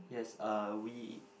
yes uh we